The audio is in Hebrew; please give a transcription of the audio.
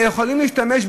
אלא הם יכולים להשתמש,